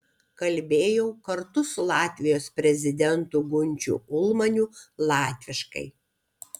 kalbėjau kartu su latvijos prezidentu gunčiu ulmaniu latviškai